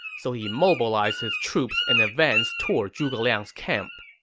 so he mobilized his troops and advanced toward zhuge liang's camp.